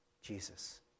Jesus